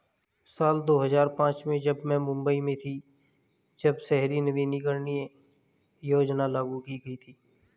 साल दो हज़ार पांच में मैं मुम्बई में थी, जब शहरी नवीकरणीय योजना लागू की गई थी